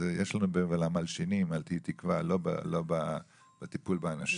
יש לנו למלשינים --- לא בטיפול באנשים.